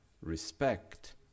respect